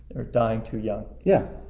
are dying to young. yeah.